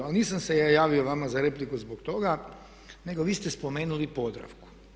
Ali nisam se ja javio vama za repliku zbog toga nego vi ste spomenuli Podravku.